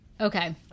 Okay